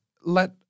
let